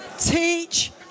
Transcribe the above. Teach